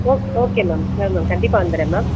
okay okay ma'am sure ma'am கண்டிப்பாக வந்துர்றேன் ma'am